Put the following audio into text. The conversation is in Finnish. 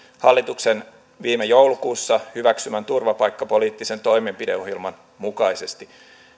hallituksen viime joulukuussa hyväksymän turvapaikkapoliittisen toimenpideohjelman mukaisesti